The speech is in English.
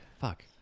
Fuck